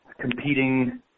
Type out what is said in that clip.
competing